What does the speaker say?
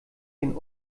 den